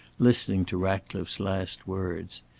listening to ratcliffe's last words.